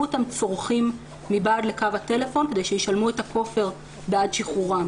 אותם צורחים מבעד לקו הטלפון כדי שישלמו את הכופר בעד שחרורם.